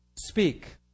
speak